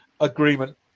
agreement